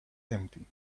empty